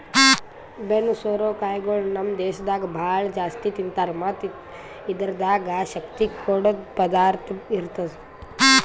ಬೆನ್ನು ಸೋರೆ ಕಾಯಿಗೊಳ್ ನಮ್ ದೇಶದಾಗ್ ಭಾಳ ಜಾಸ್ತಿ ತಿಂತಾರ್ ಮತ್ತ್ ಇದುರ್ದಾಗ್ ಶಕ್ತಿ ಕೊಡದ್ ಪದಾರ್ಥ ಇರ್ತದ